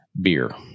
Beer